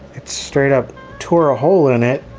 it's straight-up tore a hole in it.